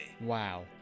Wow